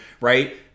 right